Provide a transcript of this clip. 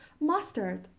Mustard